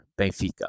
Benfica